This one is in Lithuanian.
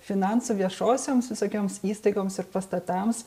finansų viešosioms visokioms įstaigoms ir pastatams